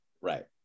right